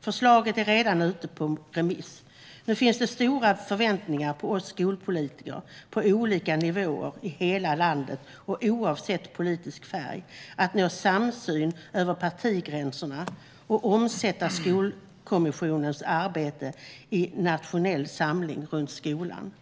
förslaget, som redan är ute på remiss. Nu finns det höga förväntningar på oss skolpolitiker på olika nivåer i hela landet och oavsett politisk färg att nå samsyn över partigränserna och omsätta Skolkommissionens arbete i nationell samling runt skolan.